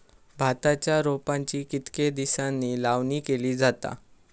भाताच्या रोपांची कितके दिसांनी लावणी केली जाता?